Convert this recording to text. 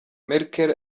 merkel